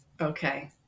Okay